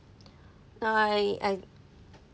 no I I